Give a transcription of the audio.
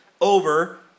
over